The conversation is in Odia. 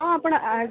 ହଁ ଆପଣ